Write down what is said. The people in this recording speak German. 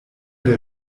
der